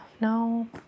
No